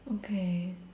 okay